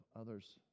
others